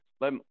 Let